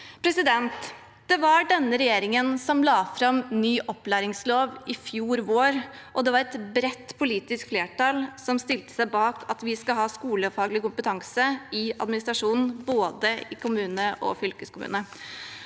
våre unger. Det var denne regjeringen som la fram ny opplæringslov i fjor vår, og det var et bredt politisk flertall som stilte seg bak at vi skal ha skolefaglig kompetanse i administrasjonen, både i kommuner og i fylkeskommuner.